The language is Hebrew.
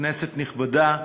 כנסת נכבדה,